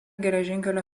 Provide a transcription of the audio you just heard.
geležinkelio